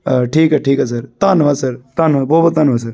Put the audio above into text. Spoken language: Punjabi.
ਠੀਕ ਹੈ ਠੀਕ ਹੈ ਸਰ ਧੰਨਵਾਦ ਸਰ ਧੰਨ ਬਹੁਤ ਬਹੁਤ ਧੰਨਵਾਦ ਸਰ